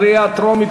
קריאה טרומית,